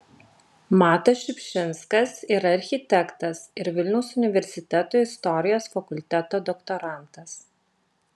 matas šiupšinskas yra architektas ir vilniaus universiteto istorijos fakulteto doktorantas